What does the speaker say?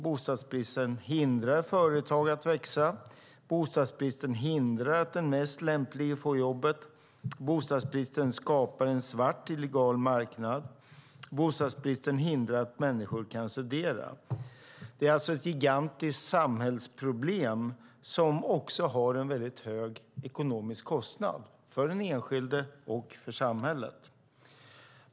Bostadsbristen hindrar företag att växa. Bostadsbristen hindrar att den mest lämplige får jobbet. Bostadsbristen skapar en svart illegal marknad. Bostadsbristen hindrar att människor kan studera. Det är alltså ett gigantiskt samhällsproblem som också har en väldigt hög ekonomisk kostnad för den enskilde och för samhället.